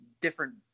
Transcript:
different